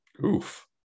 Oof